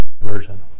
version